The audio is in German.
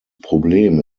problem